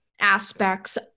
aspects